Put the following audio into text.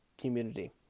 community